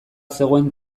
zegoen